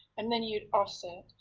and then you'd offset.